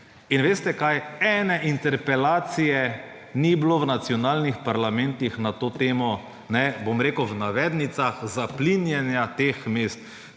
In veste kaj? Ene interpelacije ni bilo v nacionalnih parlamentih na to temo, bom rekel v navednicah, zaplinjenja teh mest.